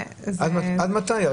עד מתי?